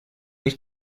ich